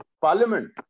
parliament